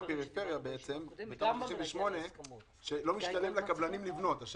בפריפריה היום לא משתלם לקבלנים לבנות על פי